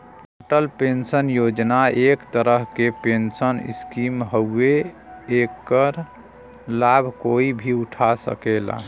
Atal pension योजना एक तरह क पेंशन स्कीम हउवे एकर लाभ कोई भी उठा सकला